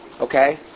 Okay